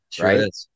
right